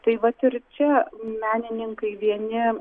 tai vat ir čia menininkai vieni